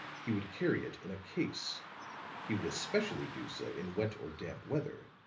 he would carry it in a case he would especially do so in wet or damp weather.